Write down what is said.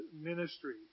ministry